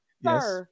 Yes